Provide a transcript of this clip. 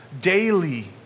daily